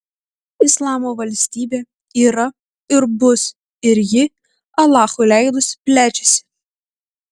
islamo valstybė yra ir bus ir ji alachui leidus plečiasi